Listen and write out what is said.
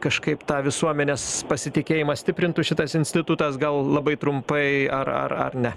kažkaip tą visuomenės pasitikėjimą stiprintų šitas institutas gal labai trumpai ar ar ar ne